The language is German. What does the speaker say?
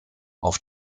auf